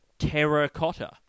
Terracotta